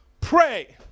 pray